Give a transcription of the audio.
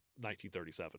1937